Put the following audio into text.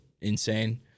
insane